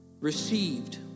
Received